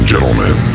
Gentlemen